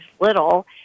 little